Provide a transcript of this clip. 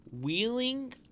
Wheeling